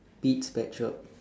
Pete's pet shop